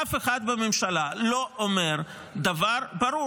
אף אחד בממשלה לא אומר דבר ברור,